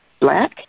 Black